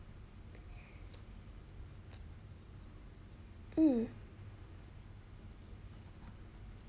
mm